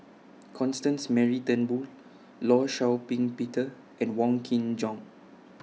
Constance Mary Turnbull law Shau Ping Peter and Wong Kin Jong